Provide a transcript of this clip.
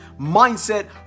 mindset